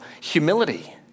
humility